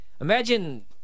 imagine